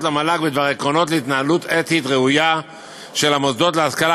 למל"ג בדבר עקרונות להתנהלות אתית ראויה של המוסדות להשכלה